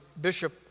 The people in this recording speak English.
Bishop